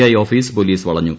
I office police വളഞ്ഞു